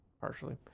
partially